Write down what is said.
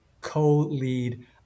co-lead